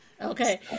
Okay